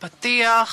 הפתיח,